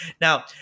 Now